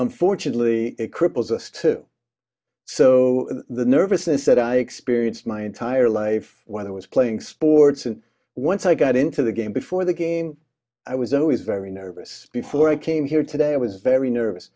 unfortunately it cripples us too so the nervousness that i experienced my entire life when i was playing sports and once i got into the game before the game i was always very nervous before i came here today i was very nervous